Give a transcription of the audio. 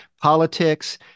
politics